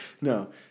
no